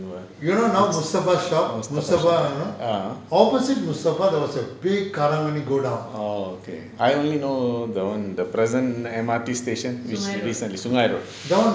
(uh huh) oh okay I only know that [one] the present M_R_T sungei road